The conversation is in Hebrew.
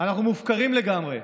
אנחנו מופקרים לגמרי.